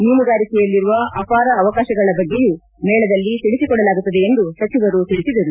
ಮೀನುಗಾರಿಕೆಯಲ್ಲಿರುವ ಅಪಾರ ಅವಕಾಶಗಳ ಬಗ್ಗೆಯೂ ಮೇಳದಲ್ಲಿ ತಿಳಿಸಿಕೊಡಲಾಗುತ್ತದೆ ಎಂದು ಸಚಿವರು ತಿಳಿಸಿದರು